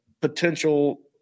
potential